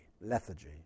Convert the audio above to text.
Lethargy